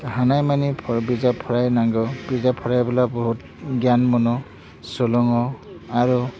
हानाय मानि फरा बिजाब फरायनांगौ बिजाब फरायब्ला बहुद गियान मोनो सोलोङो आरो